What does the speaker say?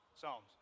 Psalms